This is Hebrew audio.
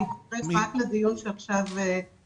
להתייחס רק לדיון אם אפשר.